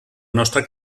nostra